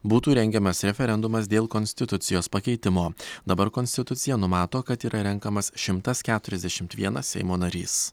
būtų rengiamas referendumas dėl konstitucijos pakeitimo dabar konstitucija numato kad yra renkamas šimtas keturiasdešimt vienas seimo narys